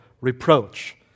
reproach